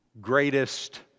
greatest